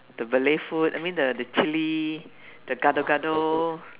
the Malay food I mean the the chilli the Gado-Gado